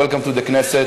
וחוזר לוועדת החוקה,